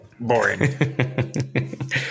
boring